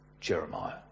jeremiah